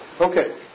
Okay